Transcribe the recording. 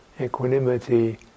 equanimity